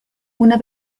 una